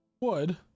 Wood